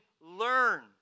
learn